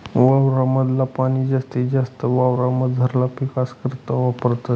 वावर माधल पाणी जास्तीत जास्त वावरमझारला पीकस करता वापरतस